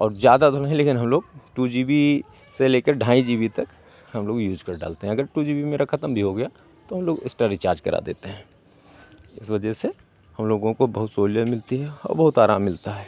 और ज़्यादा तो नहीं लेकिन हम लोग टू जी बी से लेकर ढाई जी बी तक हम लोग यूज़ कर डालते हैं अगर टू जी बी मेरा खतम भी हो गया तो हम लोग एक्स्ट्रा रीचार्ज करा देते हैं इस वजह से हम लोगों को बहुत सहूलियत मिलती है औ बहुत आराम मिलता है